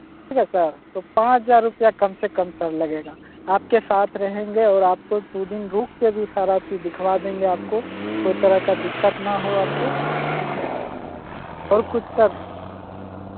ठीक है सर तो पाँच हज़ार रुपैया कम से कम सर लगेगा आपके साथ रहेंगे और आपको दो दिन रुक कर भी सारा चीज़ दिखवा देंगे आपको कोई तरह का दिक्कत ना हो आपको येस सर और कुछ सर